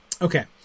Okay